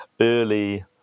early